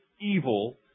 evil